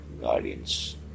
guardians